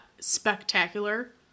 spectacular